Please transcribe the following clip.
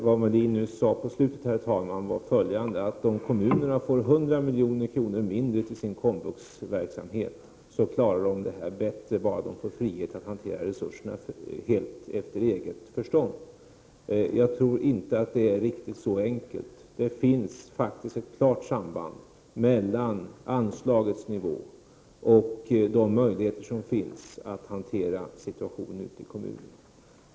Herr talman! Det Ulf Melin sade på slutet var följande: Om kommunerna får 100 milj.kr. mindre till sin komvuxverksamhet, klarar de detta bättre, bara de får frihet att hantera resurserna helt efter eget förstånd. Jag tror inte att det är riktigt så enkelt. Det finns faktiskt ett klart samband mellan anslagets nivå och möjligheterna att hantera situationen ute i kommunerna.